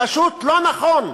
פשוט לא נכון.